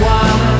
one